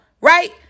right